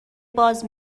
باز